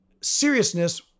seriousness